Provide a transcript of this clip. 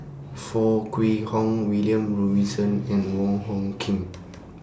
Foo Kwee Horng William Robinson and Wong Hung Khim